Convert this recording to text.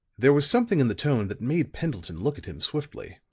there was something in the tone that made pendleton look at him swiftly.